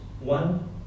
one